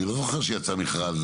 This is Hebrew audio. אני לא זוכר שיצא מכרז,